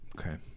okay